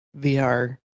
VR